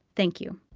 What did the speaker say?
thank you